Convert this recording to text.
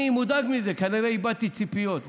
אני מודאג, כנראה איבדתי ציפיות בכלל.